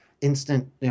instant